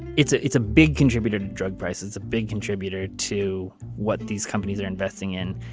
it's ah it's a big contributor to drug prices a big contributor to what these companies are investing in.